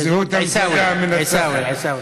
בזהות הקבוצה המנצחת.